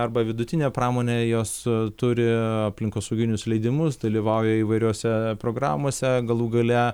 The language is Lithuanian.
arba vidutinė pramonė jos turi aplinkosauginius leidimus dalyvauja įvairiose programose galų gale